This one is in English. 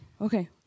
Okay